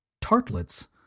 tartlets